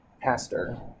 pastor